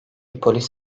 polis